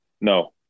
No